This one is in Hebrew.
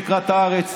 תקרא את הארץ,